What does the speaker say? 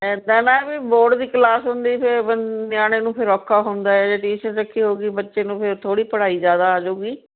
ਇੱਦਾਂ ਨਾ ਵੀ ਬੋਰਡ ਦੀ ਕਲਾਸ ਹੁੰਦੀ ਫਿਰ ਵੀ ਨਿਆਣੇ ਨੂੰ ਫਿਰ ਔਖਾ ਹੁੰਦਾ ਹੈ ਜੇ ਟਿਊਸ਼ਨ ਰੱਖੀ ਹੋਊਗੀ ਬੱਚੇ ਨੂੰ ਫਿਰ ਥੋੜੀ ਪੜ੍ਹਾਈ ਜ਼ਿਆਦਾ ਆ ਜਾਵੇਗੀ